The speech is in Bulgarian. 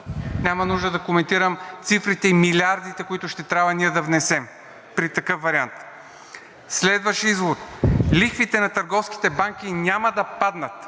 Няма нужда да коментирам цифрите и милиардите, които ще трябва ние да внесем при такъв вариант. Следващ извод: „Лихвите на търговските банки няма да паднат.“